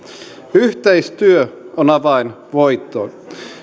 yhteistyö on avain voittoon